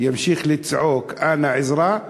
ימשיך לצעוק: אנא, עזרה.